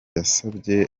yasabye